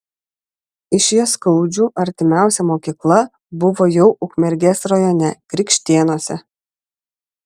iš jaskaudžių artimiausia mokykla buvo jau ukmergės rajone krikštėnuose